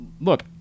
look